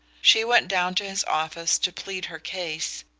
she went down to his office to plead her case,